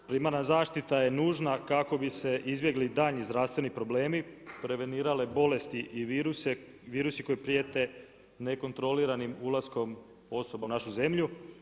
Primarna zaštita je nužna kako bi se izbjegli daljnji zdravstveni problemi, prevenirale bolesti i virusi koji prijete nekontroliranim ulaskom osoba u našu zemlju.